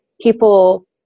people